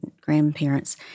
grandparents